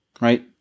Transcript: right